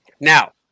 Now